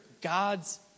God's